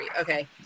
okay